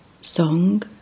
Song